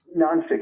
nonfiction